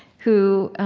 who